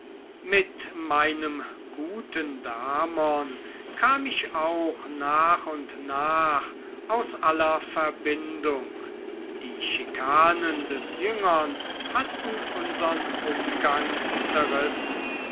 mit meinem guten damon kam ich auch nach und nach aus aller verbindung die schikanen des jüngeren hatten unsern umgang zerrissen